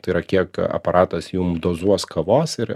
tai yra kiek aparatas jum dozuos kavos ir